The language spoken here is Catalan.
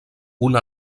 una